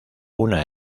una